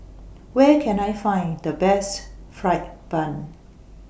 Where Can I Find The Best Fried Bun